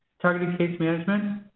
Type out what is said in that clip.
targeted case management,